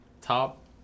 top